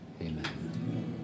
amen